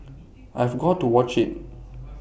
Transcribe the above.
I've got to watch IT